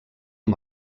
amb